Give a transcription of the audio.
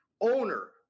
owner